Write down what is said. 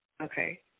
Okay